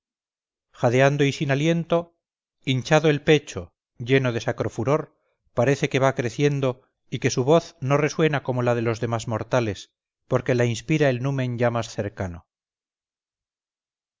jadeando y sin aliento hinchado el pecho lleno de sacro furor parece que va creciendo y que su voz no resuena como la de los demás mortales porque la inspira el numen ya más cercano